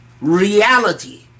reality